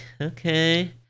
okay